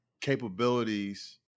capabilities